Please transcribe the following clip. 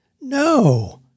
No